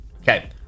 okay